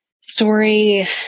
story